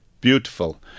Beautiful